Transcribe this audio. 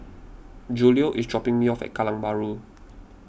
Julio is dropping me off at Kallang Bahru